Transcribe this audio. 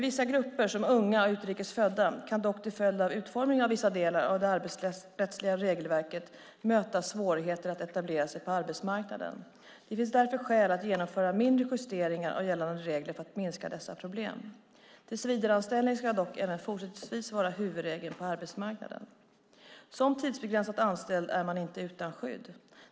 Vissa grupper, som unga och utrikes födda, kan dock till följd av utformningen av vissa delar av det arbetsrättsliga regelverket möta svårigheter att etablera sig på arbetsmarknaden. Det finns därför skäl att genomföra mindre justeringar av gällande regler för att minska dessa problem. Tillsvidareanställning ska dock även fortsättningsvis vara huvudregeln på arbetsmarknaden. Som tidsbegränsat anställd är man inte utan skydd.